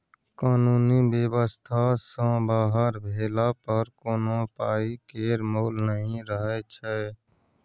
कानुनी बेबस्था सँ बाहर भेला पर कोनो पाइ केर मोल नहि रहय छै